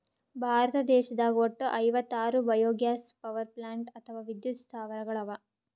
ಭಾರತ ದೇಶದಾಗ್ ವಟ್ಟ್ ಐವತ್ತಾರ್ ಬಯೊಗ್ಯಾಸ್ ಪವರ್ಪ್ಲಾಂಟ್ ಅಥವಾ ವಿದ್ಯುತ್ ಸ್ಥಾವರಗಳ್ ಅವಾ